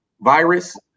virus